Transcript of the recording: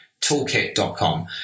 toolkit.com